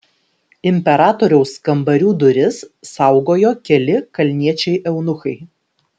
imperatoriaus kambarių duris saugojo keli kalniečiai eunuchai